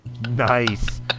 Nice